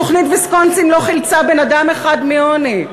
תוכנית ויסקונסין לא חילצה בן-אדם אחד מעוני.